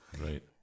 right